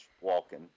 walking